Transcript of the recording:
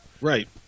right